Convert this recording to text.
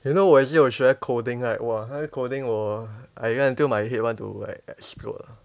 you know 我也是有学 coding right !wah! 那个 coding 我 I learn until my head want to like explode